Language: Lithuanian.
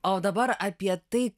o dabar apie tai